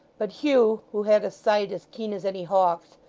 but hugh, who had a sight as keen as any hawk's,